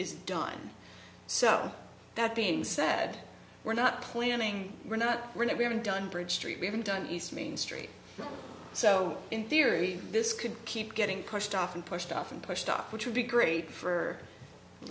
is done so that being said we're not planning we're not we're not we haven't done bridge street we haven't done east main street so in theory this could keep getting pushed off and pushed off and pushed up which would be great for at